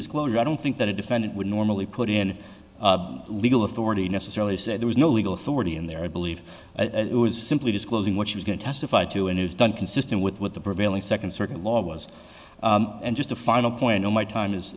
disclosure i don't think that a defendant would normally put in legal authority necessarily say there was no legal authority in there i believe it was simply disclosing what she was going to testify to a news done consistent with what the prevailing second circuit law was and just a final point on my time is